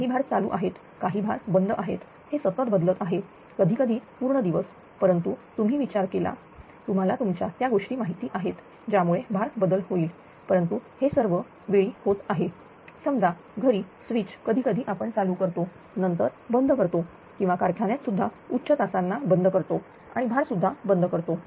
काही भार चालू आहेत काही भार बंद आहेत हे सतत बदलत आहे कधीकधी पूर्ण दिवसपरंतु तुम्ही विचार केला तुम्हाला तुमच्या त्या गोष्टी माहिती आहेत ज्यामुळे भार बदल होईल परंतु हे सर्व वेळी होत असते समजा घरी स्विच कधीकधी आपण चालू करतो नंतर बंद करतो किंवा कारखान्यात सुद्धा उच्च तासांना बंद करतो आणि भार सुद्धा बंद करतो